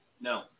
No